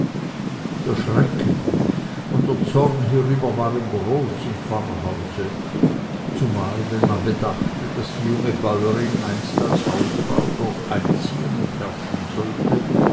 der schrecken und der zorn hierüber waren groß im pfarrhause zumal wenn man bedachte daß die junge bäuerin einst als hausfrau dort einziehen und herrschen sollte